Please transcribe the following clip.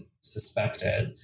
suspected